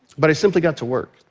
but i simply got to work,